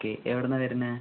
okay എവിടെ നിന്നാണ് വരുന്നത്